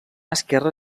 esquerra